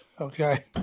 okay